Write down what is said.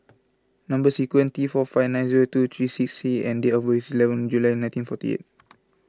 Number Sequence T four five nine zero two three six C and date of birth is eleven July nineteen forty eight